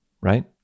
right